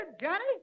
Johnny